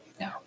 no